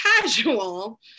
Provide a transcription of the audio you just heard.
casual